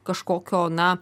kažkokio na